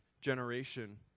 generation